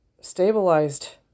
stabilized